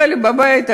אבל בבית הזה,